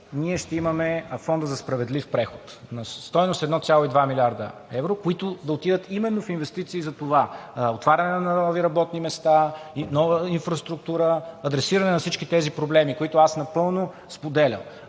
ние ще имаме Фонда за справедлив преход на стойност 1,2 млрд. евро, които да отидат именно в инвестиции за това: отваряне на нови работни места, нова инфраструктура, адресиране на всички тези проблеми, които аз напълно споделям.